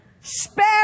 Spare